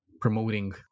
promoting